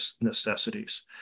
necessities